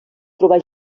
trobar